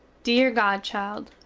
deer godchild,